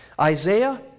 Isaiah